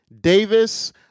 Davis